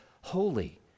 Holy